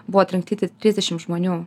buvo atrinkti tik trisdešimt žmonių